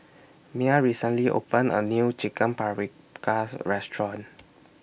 Mya recently opened A New Chicken Paprikas Restaurant